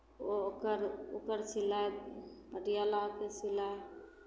ओ ओकर ओकर सिलाइ पटियालाके सिलाइ